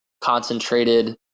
Concentrated